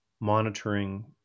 monitoring